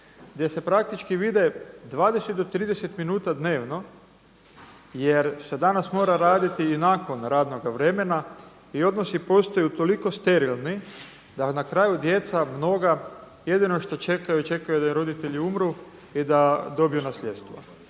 gdje se praktički vide 20 do 30 minuta dnevno jer se danas mora raditi i nakon radnoga vremena i odnosi postaju toliko sterilni da na kraju djeca mnoga jedino što čekaju, čekaju da im roditelji umru i da dobiju nasljedstvo.